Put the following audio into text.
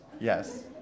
yes